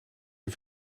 een